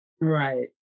Right